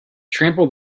trample